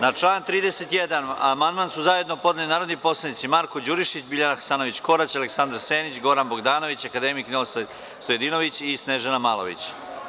Na član 31. amandman su zajedno podneli narodni poslanici Marko Đurišić, Biljana Hasanović-Korać, Aleksandar Senić, Goran Bogdanović, akademik Ninoslav Stojadinović i Snežana Malović.